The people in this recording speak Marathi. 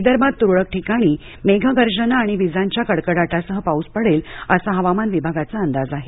विदर्भात तुरळक ठिकाणी मेघगर्जना आणि विजांच्या कडकडाटासह पाऊस पडेल असा हवामन विभागाचा अंदाज आहे